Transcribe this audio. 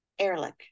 Ehrlich